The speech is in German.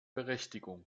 berechtigung